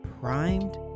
primed